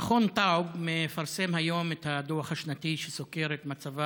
מכון טאוב מפרסם היום את הדוח השנתי שסוקר את מצבה